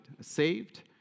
saved